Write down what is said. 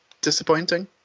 disappointing